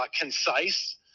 concise